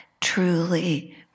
truly